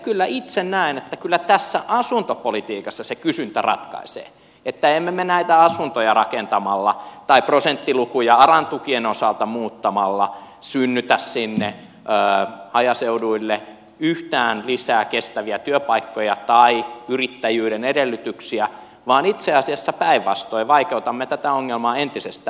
kyllä itse näen että tässä asuntopolitiikassa se kysyntä ratkaisee että emme me näitä asuntoja rakentamalla tai prosenttilukuja aran tukien osalta muuttamalla synnytä sinne hajaseuduille yhtään lisää kestäviä työpaikkoja tai yrittäjyyden edellytyksiä vaan itse asiassa päinvastoin vaikeutamme tätä ongelmaa entisestään